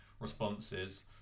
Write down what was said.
responses